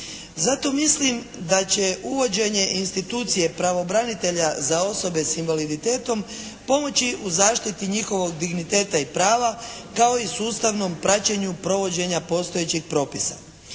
Zato mislim da će uvođenje institucije pravobranitelja za osobe sa invaliditetom pomoći u zaštiti njihovog digniteta i prava kao i sustavnom praćenju provođenja postojećih propisa.